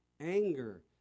anger